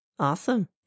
Awesome